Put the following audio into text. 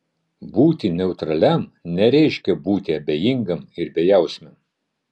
būti neutraliam nereiškia būti abejingam ir bejausmiam